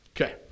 Okay